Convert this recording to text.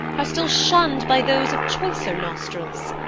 are still shunn'd by those of choicer nostrils.